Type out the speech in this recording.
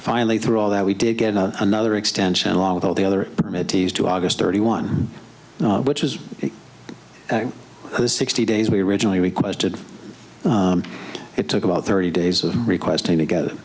finally through all that we did get another extension along with all the other committees to august thirty one which is sixty days we originally requested it took about thirty days of requests to get